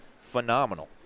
phenomenal